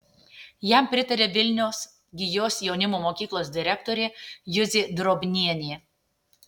jam pritaria vilniaus gijos jaunimo mokyklos direktorė juzė drobnienė